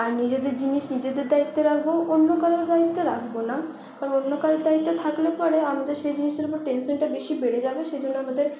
আর নিজেদের জিনিস নিজেদের দায়িত্বে রাখব অন্য কারোর দায়িত্বে রাখব না কারণ অন্য কারোর দায়িত্বে থাকলে পড়ে আমাদের সেই জিনিসটার উপর টেনশনটা বেশি বেড়ে যাবে সেই জন্যে আমাদের